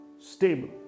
stable